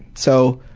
so,